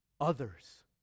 Others